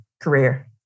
career